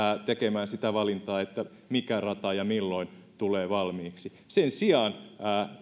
tekemään sitä valintaa mikä rata ja milloin tulee valmiiksi sen sijaan